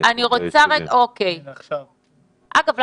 אגב,